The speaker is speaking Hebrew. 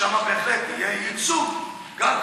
שם בהחלט יהיה ייצוג גם,